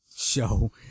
show